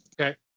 okay